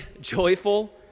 joyful